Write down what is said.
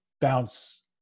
bounce